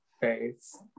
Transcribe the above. face